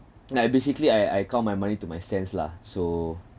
like basically I I call my money to my sense lah so